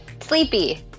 Sleepy